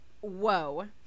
whoa